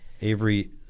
Avery